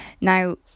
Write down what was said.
Now